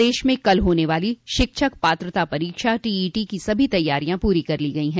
प्रदेश में कल होने वाली शिक्षक पात्रता परीक्षा टीईटी की सभी तैयारियां पूरी कर ली गयी हैं